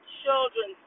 children